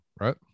right